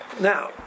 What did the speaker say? now